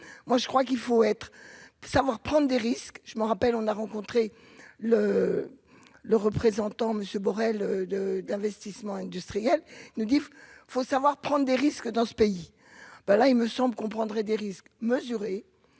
moi, je crois qu'il faut être, ça va prendre des risques, je me rappelle, on a rencontré le le représentant Monsieur Borrel de d'investissement industriels nous dit faut savoir prendre des risques dans ce pays, ben là il me semble qu'on prendrait des risques mesurés